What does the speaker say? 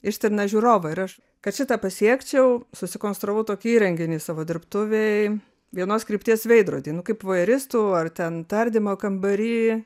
ištrina žiūrovą ir aš kad šitą pasiekčiau susikonstravau tokį įrenginį savo dirbtuvėj vienos krypties veidrodį nu kaip voeristų ar ten tardymo kambary